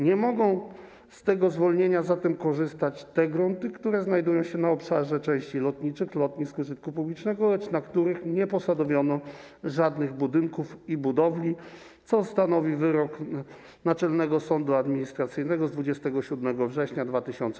Nie mogą zatem z tego zwolnienia korzystać te grunty, które znajdują się na obszarze części lotniczych lotnisk użytku publicznego, lecz na których nie posadowiono żadnych budynków i budowli, o czym stanowi wyrok Naczelnego Sądu Administracyjnego z 27 września 2019